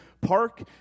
park